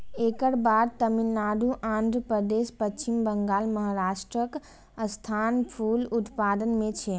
एकर बाद तमिलनाडु, आंध्रप्रदेश, पश्चिम बंगाल, महाराष्ट्रक स्थान फूल उत्पादन मे छै